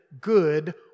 good